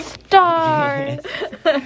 stars